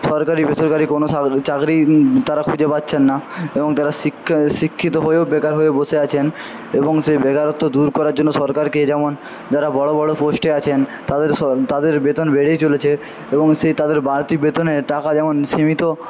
সরকারি বেসরকারি কোনও চাকরি তারা খুঁজে পাচ্ছেন না এবং তারা শিক্ষিত হয়েও বেকার হয়ে বসে আছেন এবং সেই বেকারত্ব দূর করার জন্য সরকারকে যেমন যারা বড়ো বড়ো পোস্টে আছেন তাদের তাদের বেতন বেড়েই চলেছে এবং সেই তাদের বাড়তি বেতনের টাকা যেমন সীমিত